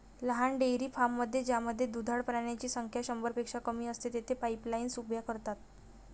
लहान डेअरी फार्ममध्ये ज्यामध्ये दुधाळ प्राण्यांची संख्या शंभरपेक्षा कमी असते, तेथे पाईपलाईन्स उभ्या करतात